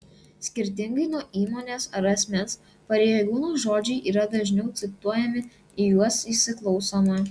skirtingai nuo įmonės ar asmens pareigūno žodžiai yra dažniau cituojami į juos įsiklausoma